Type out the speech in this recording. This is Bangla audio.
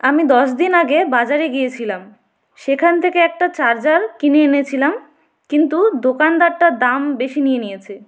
আমি দশ দিন আগে বাজারে গিয়েছিলাম সেখান থেকে একটা চার্জার কিনে এনেছিলাম কিন্তু দোকানদারটা দাম বেশি নিয়ে নিয়েছে